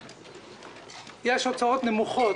יש הוצאות נמוכות,